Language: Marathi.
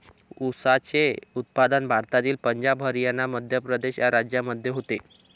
ऊसाचे उत्पादन भारतातील पंजाब हरियाणा मध्य प्रदेश या राज्यांमध्ये होते